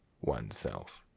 oneself